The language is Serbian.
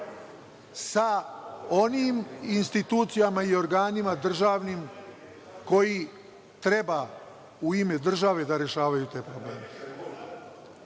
sa onim institucijama i organima državnim koji treba u ime države da rešavaju te probleme.